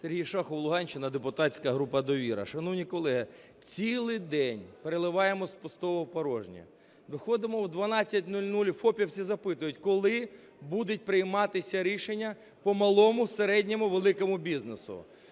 Сергій Шахов, Луганщина, депутатська група "Довіра". Шановні колеги, цілий день переливаємо з пустого в порожнє. Виходимо о 12:00, фопівці запитують: коли будуть прийматися рішення по малому, середньому, великому бізнесу,